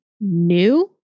new